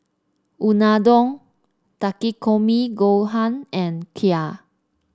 Unadon Takikomi Gohan and Kheer